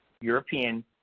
European